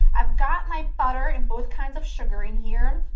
i've got my butter and both kinds of sugar in here,